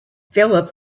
philip